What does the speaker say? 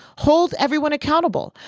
hold everyone accountable.